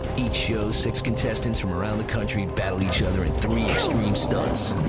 each show, six contestants from around the country battle each other in three extreme stunts.